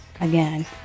again